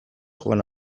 joan